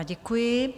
Děkuji.